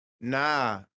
nah